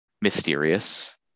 mysterious